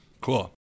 Cool